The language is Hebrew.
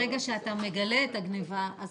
שברגע שאתה מגלה את הגניבה אז